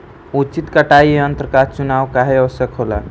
उचित कटाई यंत्र क चुनाव काहें आवश्यक होला?